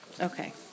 Okay